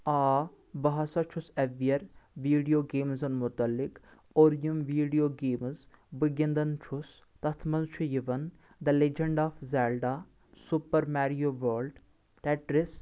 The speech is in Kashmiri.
آ بہٕ ہسا چھُس ایویر ویڈیو گیمزَن مُتعلق اور یِم ویٖڈیو گیمز بہٕ گِندان چھُس تتھ منٛز چھُ یوان the legend of Zelda super Mario world Tetris